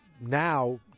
now